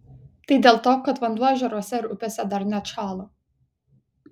tai dėl to kad vanduo ežeruose ir upėse dar neatšalo